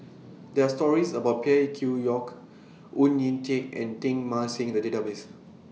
There Are stories about Phey Yew Kok Oon Jin Teik and Teng Mah Seng in The Database